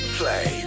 play